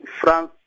France